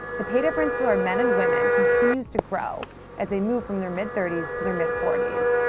the pay difference for men and women continues to grow as they move from their mid-thirties to their mid-forties.